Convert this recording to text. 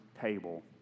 table